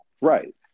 Right